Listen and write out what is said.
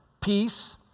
Peace